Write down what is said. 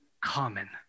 common